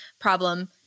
problem